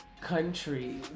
country